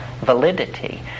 validity